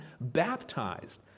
baptized